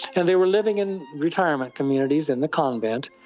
and they were living in retirement communities in the convent,